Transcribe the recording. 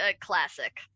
classic